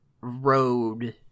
road